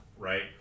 Right